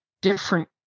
different